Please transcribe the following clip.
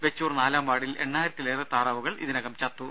വെച്ചൂർ നാലാം വാർഡിൽ എണ്ണായിരത്തിലേറെ താറാവുകൾ ഇതിനകം ചത്തു